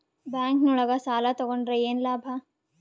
Bank ನೊಳಗ ಸಾಲ ತಗೊಂಡ್ರ ಏನು ಲಾಭ?